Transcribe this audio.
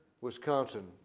Wisconsin